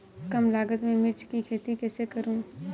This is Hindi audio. कम लागत में मिर्च की खेती कैसे करूँ?